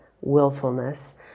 willfulness